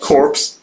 Corpse